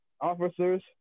officers